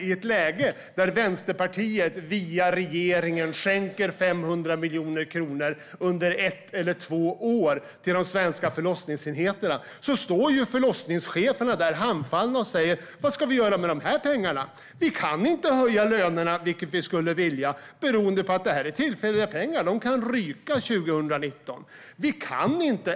I ett läge där Vänsterpartiet via regeringen skänker 500 miljoner kronor under ett eller två år till de svenska förlossningsenheterna står förlossningscheferna handfallna och säger: Vad ska vi göra med de pengarna? Vi kan inte höja lönerna, vilket vi skulle vilja, eftersom det är tillfälliga pengar. De kan ryka 2019.